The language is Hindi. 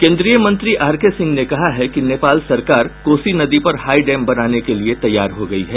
केंद्रीय मंत्री आर के सिंह ने कहा है कि नेपाल सरकार कोसी नदी पर हाईडैम बनाने के लिये तैयार हो गयी है